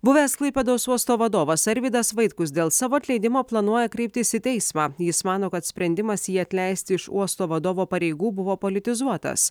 buvęs klaipėdos uosto vadovas arvydas vaitkus dėl savo atleidimo planuoja kreiptis į teismą jis mano kad sprendimas jį atleisti iš uosto vadovo pareigų buvo politizuotas